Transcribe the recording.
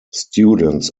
students